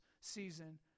season